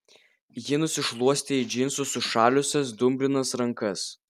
ji nusišluostė į džinsus sušalusias dumblinas rankas